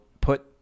put